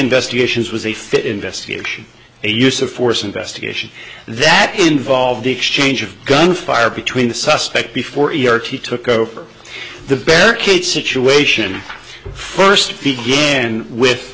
investigations was a fit investigation a use of force investigation that involved exchange of gunfire between the suspect before he took over the barricade situation first began with